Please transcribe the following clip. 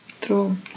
True